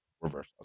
reverse